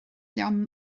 liom